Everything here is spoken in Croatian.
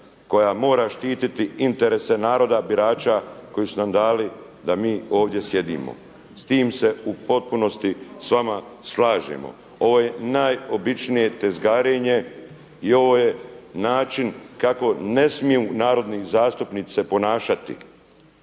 koja mora štititi interese naroda birača koji su nam dali da mi ovdje sjedimo. S tim se u potpunosti s vama slažemo. Ovo je najobičnije tezgarenje i ovo je način kako ne smiju narodni zastupnici se ponašati.